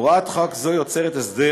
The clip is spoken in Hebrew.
הוראות חוק זו יוצרת הסדר